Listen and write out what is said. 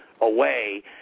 away